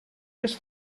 just